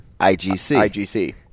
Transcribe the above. IGC